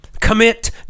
Commit